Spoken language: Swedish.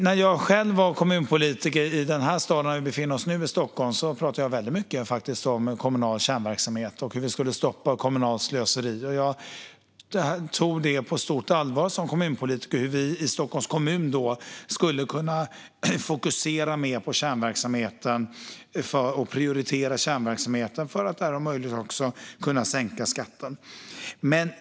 När jag var kommunpolitiker i den stad som vi befinner oss i nu, Stockholm, pratade jag väldigt mycket om kommunal kärnverksamhet och hur vi skulle stoppa kommunalt slöseri. Som kommunpolitiker tog jag på stort allvar hur vi i Stockholms kommun skulle kunna fokusera mer på och prioritera kärnverksamheten för att om möjligt också kunna sänka skatten.